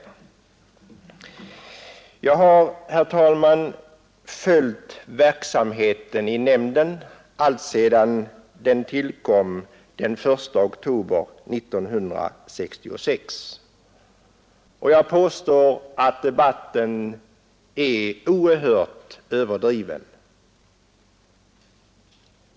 Jag har, herr talman, följt verksamheten i nämnden alltsedan den tillkom den 1 oktober 1966, och jag påstår att debatten är oerhört överdriven.